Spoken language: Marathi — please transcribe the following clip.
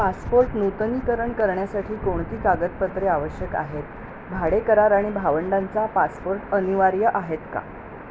पासपोर्ट नूतनीकरण करण्यासाठी कोणती कागदपत्रे आवश्यक आहेत भाडे करार आणि भावंडांचा पासपोर्ट अनिवार्य आहेत का